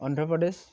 Andhra Pradesh